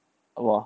我